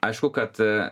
aišku kad